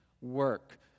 work